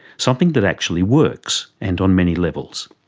something that actually works and on many levels.